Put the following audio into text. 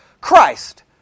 Christ